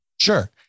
Sure